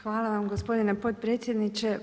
Hvala vam gospodine podpredsjedniče.